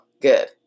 good